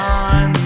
on